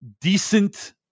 decent